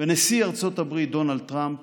ונשיא ארצות הברית דונלד טראמפ